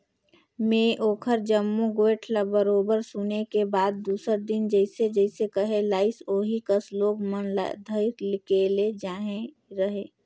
में ओखर जम्मो गोयठ ल बरोबर सुने के बाद दूसर दिन जइसे जइसे कहे लाइस ओही कस लोग मन ल धइर के ले जायें रहें